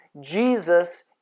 Jesus